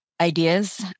ideas